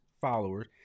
followers